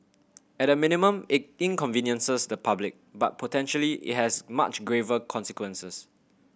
at a minimum it inconveniences the public but potentially it has much graver consequences